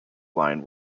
line